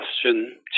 question